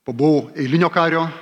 pabuvau eilinio kario